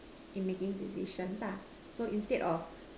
in making decisions lah so instead of